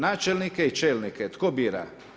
Načelnike i čelnike, tko bira?